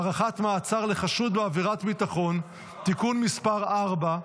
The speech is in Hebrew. (הארכת מעצר לחשוד בעבירת ביטחון) (תיקון מס' 4),